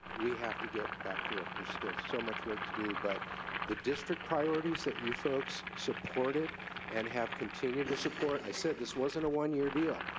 we have to get back to work. there's still so much work to do, but the district priorities that you folks supported and have continued to support, i said this wasn't a one yer deal.